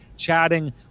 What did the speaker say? chatting